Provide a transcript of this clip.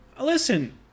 Listen